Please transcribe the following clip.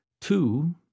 Two